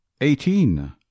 Eighteen